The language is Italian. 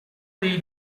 dei